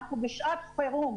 אנחנו בשעת חירום.